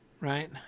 right